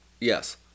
Yes